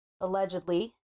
allegedly